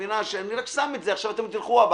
עכשיו אתם תלכו,